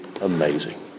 amazing